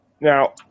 Now